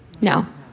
No